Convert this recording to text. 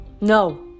No